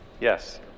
Yes